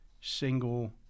single